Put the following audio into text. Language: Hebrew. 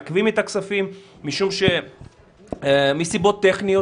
מעכבים את הכספים, מסיבות טכניות.